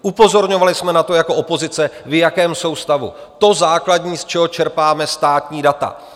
Upozorňovali jsme na to jako opozice, v jakém jsou stavu to základní, z čeho čerpáme státní data.